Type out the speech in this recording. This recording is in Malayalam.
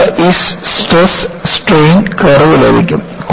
നമുക്ക് ഈ സ്ട്രെസ് സ്ട്രെയിൻ കർവ് ലഭിക്കും